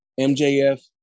MJF